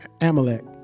Amalek